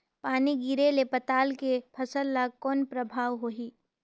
पानी गिरे ले पताल के फसल ल कौन प्रभाव होही?